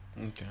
Okay